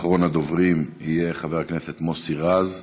אחריו, אחרון הדוברים יהיה חבר הכנסת מוסי רז.